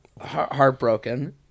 heartbroken